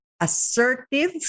assertive